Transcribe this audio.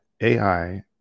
AI